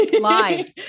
live